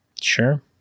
Sure